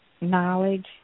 knowledge